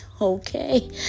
Okay